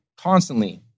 constantly